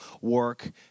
work